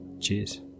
Cheers